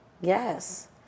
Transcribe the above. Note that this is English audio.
yes